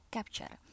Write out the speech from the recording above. Capture